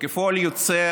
וכפועל יוצא,